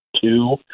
two